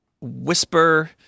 whisper